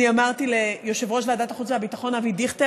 אמרתי ליושב-ראש ועדת החוץ והביטחון אבי דיכטר